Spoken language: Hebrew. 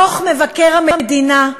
דוח מבקר המדינה,